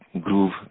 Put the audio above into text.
groove